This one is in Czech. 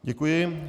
Děkuji.